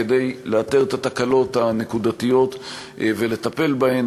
כדי לאתר את התקלות הנקודתיות ולטפל בהן,